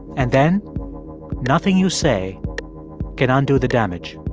and then nothing you say can undo the damage